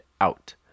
out